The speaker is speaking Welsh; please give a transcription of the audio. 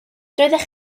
doeddech